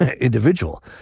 individual